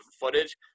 footage